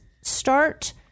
start